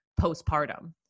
postpartum